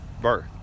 birth